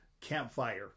campfire